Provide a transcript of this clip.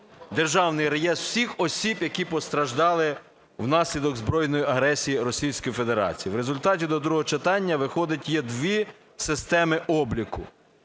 державний реєстр всіх осіб, які постраждали внаслідок збройної агресії Російської Федерації. В результаті до другого читання виходить, є дві системи обліку,